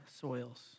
soils